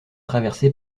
traversée